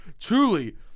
Truly